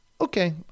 Okay